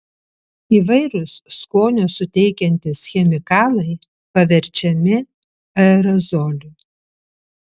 įvairūs skonio suteikiantys chemikalai paverčiami aerozoliu